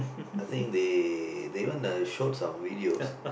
I think they they wanna show some on videos